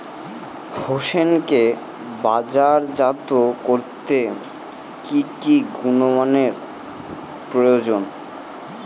হোসেনকে বাজারজাত করতে কি কি গুণমানের প্রয়োজন?